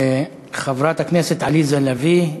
חברת הכנסת עליזה לביא,